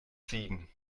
ziegen